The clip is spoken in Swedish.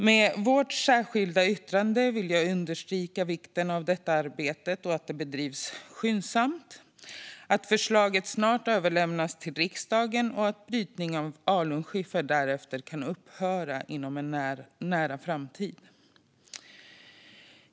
Med vårt särskilda yttrande vill jag understryka vikten av detta arbete och av att det bedrivs skyndsamt samt av att ett förslag snart överlämnas till riksdagen så att brytningen av alunskiffer därefter kan upphöra inom en nära framtid.